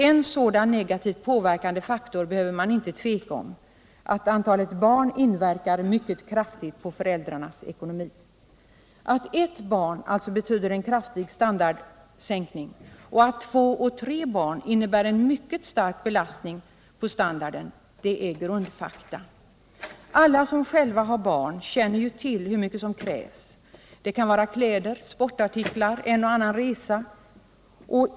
En sådan negativ påverkande faktor behöver man inte tveka om: att antalet barn inverkar mycket kraftigt på föräldrarnas ekonomi. Att ett barn alltså betyder en kraftig standardsänkning och att två och tre barn innebär en mycket stark belastning på standarden är grundfakta. Alla som själva har barn känner ju till hur mycket som krävs. Det kan vara kläder, sportartiklar, en och annan resa.